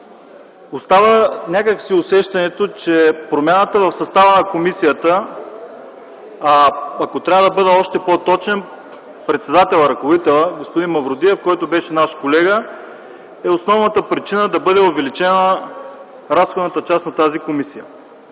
Остава някак си усещането, че промяната в състава на комисията, а ако трябва да бъда още по точен – председателят, ръководителят – господин Мавродиев, който беше наш колега, е основната причина да бъде увеличена разходната част на тази комисия.